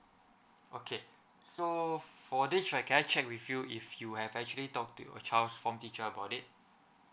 okay so for this right can I check with you if you have actually talk to your child's form teacher about it